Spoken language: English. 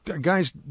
guys